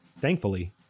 Thankfully